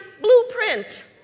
blueprint